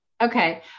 Okay